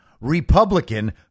Republican